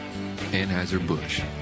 Anheuser-Busch